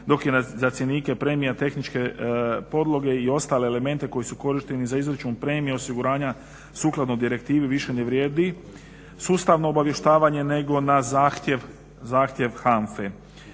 dok je za cjenike premija tehničke podloge i ostale elemente koji su korišteni za izračun premije osiguranja sukladno direktivi više ne vrijedi sustavno obavještavanje nego na zahtjev HANFA-e.